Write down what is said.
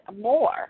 more